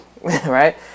right